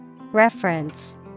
Reference